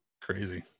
crazy